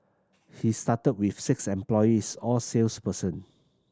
he started with six employees all sales person